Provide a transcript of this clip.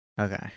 Okay